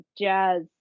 Jazz